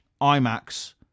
IMAX